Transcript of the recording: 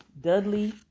Dudley